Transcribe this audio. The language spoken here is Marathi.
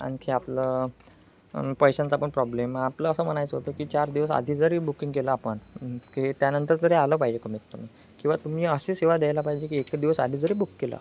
आणखी आपलं पैशांचा पण प्रॉब्लेम आपलं असं म्हणायचं होतं की चार दिवस आधी जरी बुकिंग केलं आपण की त्यानंतर तरी आलं पाहिजे कमीत कमी किंवा तुम्ही अशी सेवा द्यायला पाहिजे की एक दिवस आधी जरी बुक केला